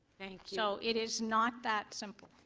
thank you. so it is not that simple.